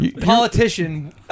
Politician